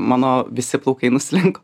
mano visi plaukai nuslinko